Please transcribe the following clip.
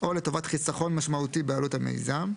או לטובת חיסכון משמעותי בעלות המיזם,